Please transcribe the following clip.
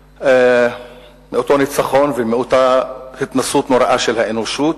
מאותו ניצחון ומאותה התנסות נוראה של האנושות,